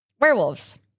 werewolves